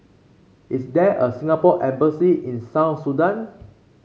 is there a Singapore Embassy in South Sudan